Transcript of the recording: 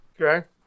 Okay